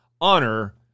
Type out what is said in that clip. honor